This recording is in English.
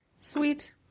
Sweet